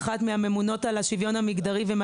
מהממונות על השוויון המגדרי ועם